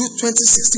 2016